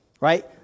right